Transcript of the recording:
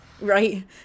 Right